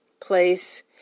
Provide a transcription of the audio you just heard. place